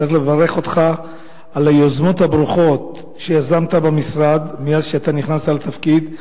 צריך לברך אותך על היוזמות הברוכות שיזמת במשרד מאז שנכנסת לתפקיד,